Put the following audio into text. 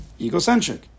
Egocentric